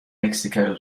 mexico